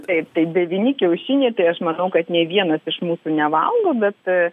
taip tai devyni kiaušiniai tai aš manau kad nei vienas iš mūsų nevalgo bet